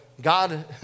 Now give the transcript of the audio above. God